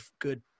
good